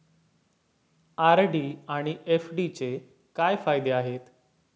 RD आणि एफ.डीचे काय फायदे आहेत?